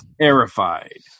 terrified